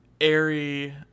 airy